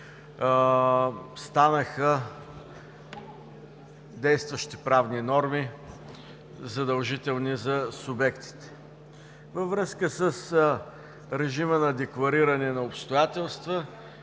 станаха действащи правни норми, задължителни за субектите. Във връзка с режима на деклариране на обстоятелства,